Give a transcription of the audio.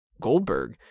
Goldberg